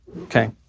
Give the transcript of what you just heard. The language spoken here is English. Okay